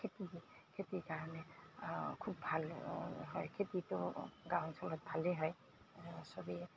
খেতি খেতিৰ কাৰণে খুব ভাল হয় খেতিটো গাঁও অঞ্চলত ভালেই হয় চবেই